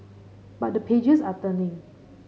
but the pages are turning